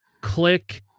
Click